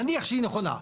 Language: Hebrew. נניח שהיא נכונה,